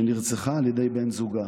שנרצחה על ידי בן זוגה